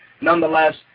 nonetheless